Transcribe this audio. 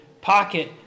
pocket